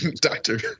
doctor